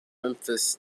memphis